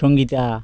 Sangeeta